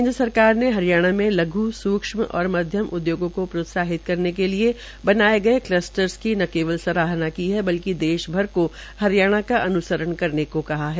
केन्द्र सरकार ने हरियाणा में लघ् सूक्षम और मध्यम उद्यमों को प्रोत्साहित करने के लिए बनाये गये कलस्टर की न केवल सराहना की है बल्कि देश भर को हरियाणा का अन्सरण करने को कहा है